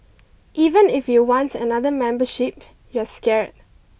even if you want another membership you're scared